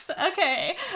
okay